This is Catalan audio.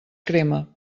crema